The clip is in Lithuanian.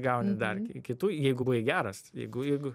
gauni dar kitų jeigu buvai geras jeigu jeigu